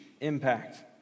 impact